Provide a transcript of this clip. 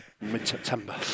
mid-September